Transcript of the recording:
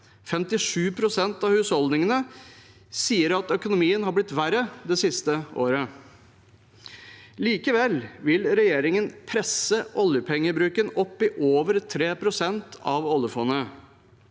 57 pst. av husholdningene sier at økonomien har blitt verre det siste året. Likevel vil regjeringen presse oljepengebruken opp i over 3 pst. av oljefondet.